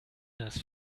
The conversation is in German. dass